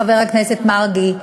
חבר הכנסת מרגי,